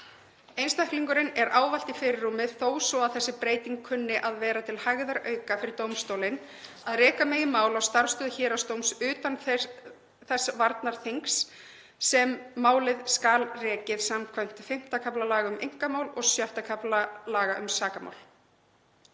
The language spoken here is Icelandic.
Einstaklingurinn er ávallt í fyrirrúmi þó svo að þessi breyting kunni að vera til hægðarauka fyrir dómstólinn og reka megi mál á starfsstöð héraðsdóms utan þeirrar varnarþings sem málið skal rekið samkvæmt V. kafla laga um einkamál og VI. kafla laga um sakamál.